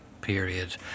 period